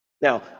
Now